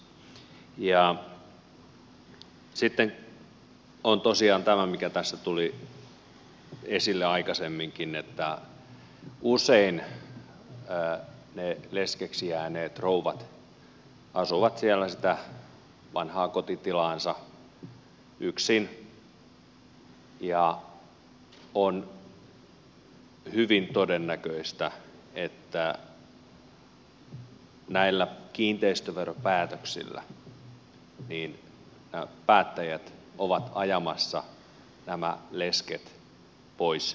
sitten on tosiaan tämä mikä tässä tuli esille aikaisemminkin että usein ne leskeksi jääneet rouvat asuvat siellä sitä vanhaa kotitilaansa yksin ja on hyvin todennäköistä että näillä kiinteistöveropäätöksillä päättäjät ovat ajamassa nämä lesket pois kotoaan